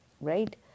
right